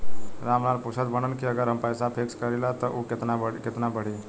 राम लाल पूछत बड़न की अगर हम पैसा फिक्स करीला त ऊ कितना बड़ी?